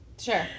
Sure